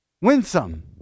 Winsome